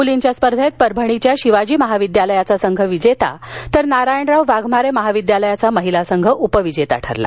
मुलींच्या स्पर्धेत परभणीच्या शिवाजी महाविद्यालयाचा संघ विजेता तर नारायणराव वाघमारे महाविद्यालयाचा महिला संघ उपविजेता ठरला